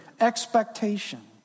expectation